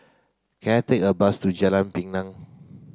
can I take a bus to Jalan Pinang